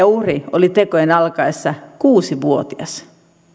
uhri oli tekojen alkaessa kuusi vuotias